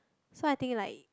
so I think like